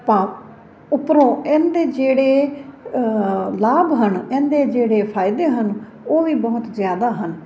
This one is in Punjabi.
ਭਾਵ ਉੱਪਰੋਂ ਇਹਦੇ ਜਿਹੜੇ ਲਾਭ ਹਨ ਇਹਦੇ ਜਿਹੜੇ ਫ਼ਾਇਦੇ ਹਨ ਉਹ ਵੀ ਬਹੁਤ ਜ਼ਿਆਦਾ ਹਨ